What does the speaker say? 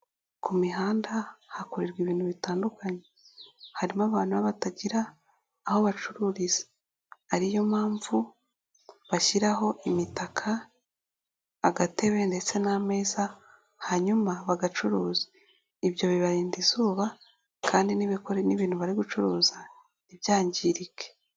Ku mihanda hakorerwa ibintu bitandukanye, harimo abantu batagira aho bacururiza, ariyo mpamvu, bashyiraho imitaka, agatebe ndetse n'ameza, hanyuma bagacuruza, ibyo bibarinda izuba kandi n'ibikore n'ibintu bari gucuruza, ntibyangirike.